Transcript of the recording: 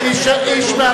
זה שקר,